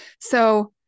So-